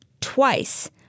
twice